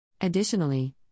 Additionally